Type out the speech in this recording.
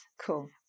Cool